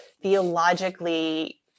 theologically